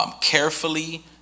carefully